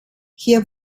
hier